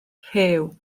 rhew